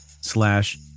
slash